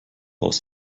aus